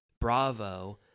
bravo